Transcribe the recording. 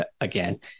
again